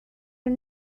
are